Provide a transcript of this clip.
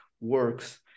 works